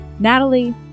Natalie